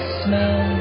smell